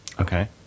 Okay